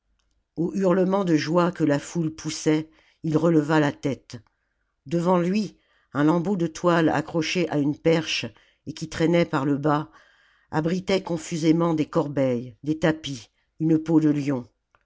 aux hurlements de joie que la foule poussait il releva la tête devant lui un lambeau de toile accroché à une perche et qui traînait par le bas abritait confusément des corbeilles des tapis une peau de lion